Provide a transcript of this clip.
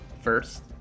first